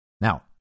Now